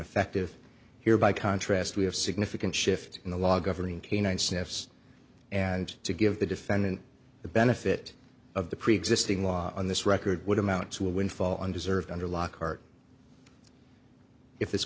effective here by contrast we have significant shift in the law governing canine sniffs and to give the defendant the benefit of the preexisting law on this record would amount to a windfall undeserved under